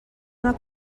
una